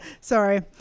Sorry